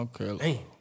Okay